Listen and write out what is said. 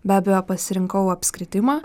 be abejo pasirinkau apskritimą